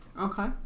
Okay